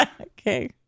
Okay